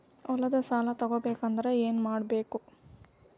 ಹೊಲದ ಸಾಲ ತಗೋಬೇಕಾದ್ರೆ ಏನ್ಮಾಡಬೇಕು?